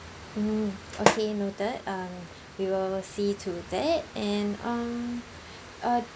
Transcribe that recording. mm okay noted um we will see to that and um uh